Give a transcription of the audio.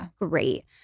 great